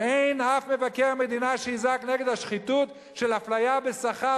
ואין אף מבקר מדינה שיזעק נגד השחיתות של אפליה בשכר